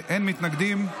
אין מתנגדים.